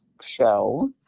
show